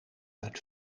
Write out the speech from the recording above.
uit